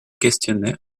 questionnait